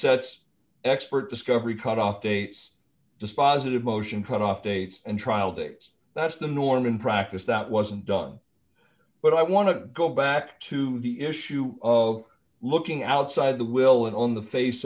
says expert discovery cut off dates dispositive motion cutoff dates and trial dates that's the norm in practice that wasn't done but i want to go back to the issue of looking outside the will and on the face